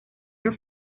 your